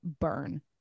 burn